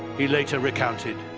he later recounted.